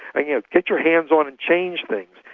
ah you know get your hands on and change things.